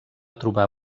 trobar